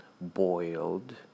boiled